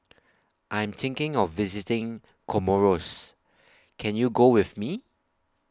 I'm thinking of visiting Comoros Can YOU Go with Me